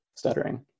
stuttering